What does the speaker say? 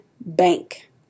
bank